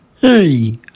Hey